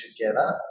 together